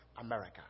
America